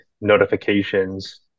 notifications